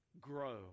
grow